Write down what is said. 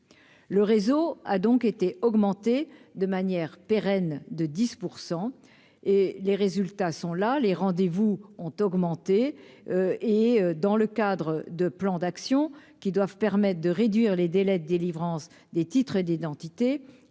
le réseau a donc été augmenté de manière pérenne de 10 % et les résultats sont là, les rendez-vous ont augmenté et dans le cadre de plans d'actions qui doivent permettre de réduire les délais de délivrance des titres d'identité,